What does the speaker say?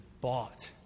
bought